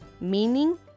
meaning